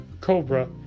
cobra